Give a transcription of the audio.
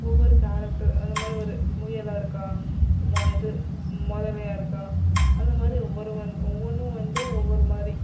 ஒவ்வொரு கேரக்டர் அந்தமாதிரி ஒரு முயலாக இருக்கா இது முதலையா இருக்கா அந்தமாதிரி ஒவ்வொரு ஒவ்வொன்றும் வந்து ஒவ்வொரு மாதிரி